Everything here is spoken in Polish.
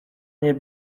nie